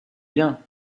bien